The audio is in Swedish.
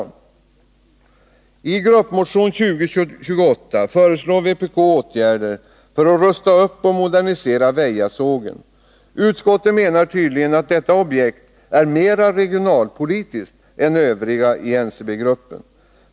ägares Cellulosa I gruppmotion 2028 föreslår vpk åtgärder för att rusta upp och modernisera AB sågverket i Väja. Utskottet menar tydligen att detta objekt är mera regionalpolitiskt än övriga i NCB-gruppen.